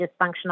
dysfunctional